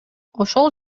ошол